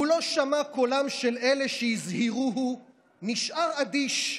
/ הוא לא שמע קולם של אלה שהזהירוהו / נשאר אדיש.